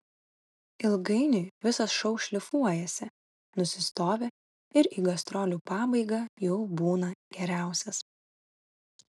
ilgainiui visas šou šlifuojasi nusistovi ir į gastrolių pabaigą jau būna geriausias